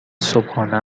صبحانه